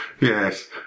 Yes